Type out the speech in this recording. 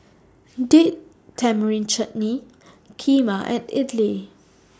Date Tamarind Chutney Kheema and Idili